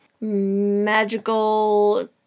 magical